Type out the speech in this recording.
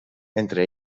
entre